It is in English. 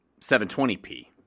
720p